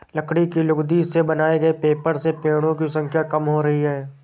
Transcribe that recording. लकड़ी की लुगदी से बनाए गए पेपर से पेङो की संख्या कम हो रही है